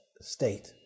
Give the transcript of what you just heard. state